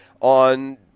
on